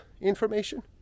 information